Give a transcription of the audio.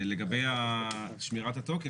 לגבי שמירת התוקף.